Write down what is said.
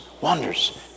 wonders